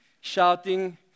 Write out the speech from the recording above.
Shouting